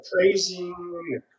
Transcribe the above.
praising